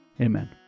Amen